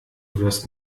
wirst